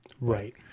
Right